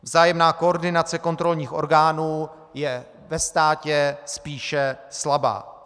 Vzájemná koordinace kontrolních orgánů je ve státě spíše slabá.